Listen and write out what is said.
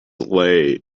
lay